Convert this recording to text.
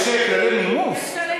יש כללי נימוס.